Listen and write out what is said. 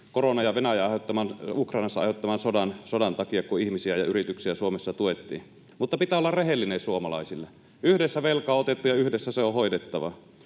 koronan ja Venäjän Ukrainassa aiheuttaman sodan takia, kun ihmisiä ja yrityksiä Suomessa tuettiin. Mutta pitää olla rehellinen suomalaisille. Yhdessä velkaa on otettu, ja yhdessä se on hoidettava.